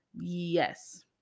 Yes